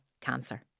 cancer